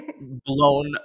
Blown